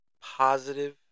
positive